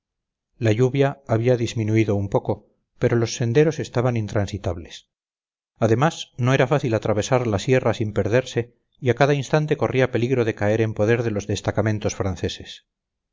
la lluvia había disminuido un poco pero los senderos estaban intransitables además no era fácil atravesar la sierra sin perderse y a cada instante corría peligro de caer en poder de los destacamentos franceses